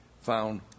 found